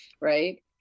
right